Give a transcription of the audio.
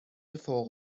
فوق